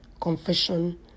confession